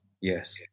Yes